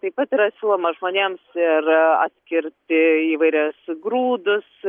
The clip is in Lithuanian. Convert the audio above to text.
taip pat yra siūloma žmonėms ir atskirti įvairias grūdus